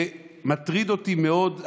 זה מטריד אותי מאוד.